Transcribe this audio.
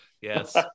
Yes